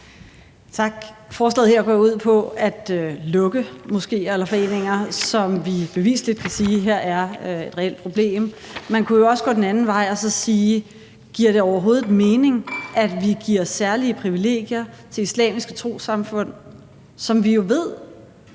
Tak. Forslaget her går ud på at lukke moskéer eller foreninger, hvor vi beviseligt kan sige, at her er et reelt problem. Man kunne jo også gå den anden vej og spørge: Giver det overhovedet mening, at vi giver særlige privilegier til islamiske trossamfund, som vi jo ved